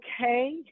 okay